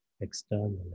externally